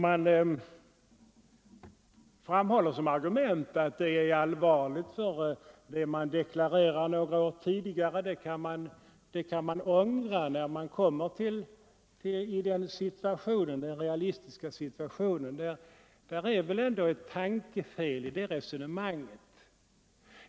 Man framhåller som argument att detta är allvarligt, eftersom man kan ångra det man deklarerat när man kommer i den realistiska situationen. Det är väl ändå ett tankefel i det resonemanget.